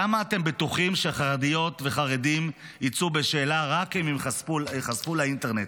למה אתם בטוחים שחרדיות וחרדים יצאו בשאלה רק אם הם ייחשפו לאינטרנט?